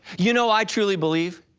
you know i truly believe,